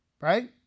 right